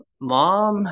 Mom